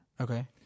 Okay